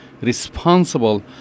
responsible